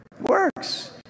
works